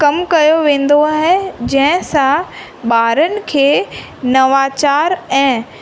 कमु कयो वेंदो आहे जंहिंसां ॿारनि खे नवाचार ऐं